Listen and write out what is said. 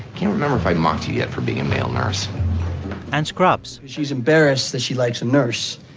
can't remember if i mocked you yet for being a male nurse and scrubs. she's embarrassed that she likes a nurse,